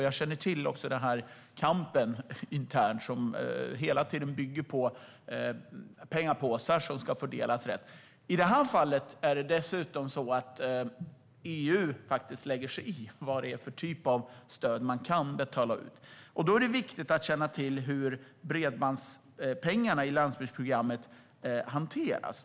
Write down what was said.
Jag känner till den interna kamp som hela tiden bygger på pengapåsar som ska fördelas rätt. I det här fallet lägger sig EU i vilken typ av stöd man kan betala ut. Då är det viktigt att känna till hur bredbandspengarna i landsbygdsprogrammet hanteras.